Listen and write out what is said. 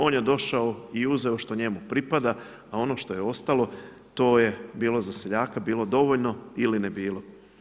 On je došao i uzeo što njemu pripada a ono što je ostalo to je bilo za seljaka, bilo dovoljno ili ne bilo.